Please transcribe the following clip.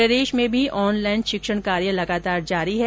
प्रदेश में भी ऑनलाइन शिक्षण कार्य लगातार जारी है